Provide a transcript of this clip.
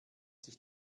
sich